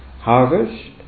harvest